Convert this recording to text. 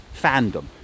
fandom